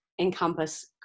encompass